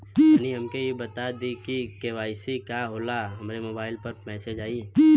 तनि हमके इ बता दीं की के.वाइ.सी का होला हमरे मोबाइल पर मैसेज आई?